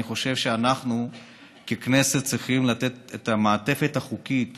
אני חושב שאנחנו ככנסת צריכים לתת את המעטפת החוקית